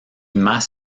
más